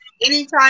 Anytime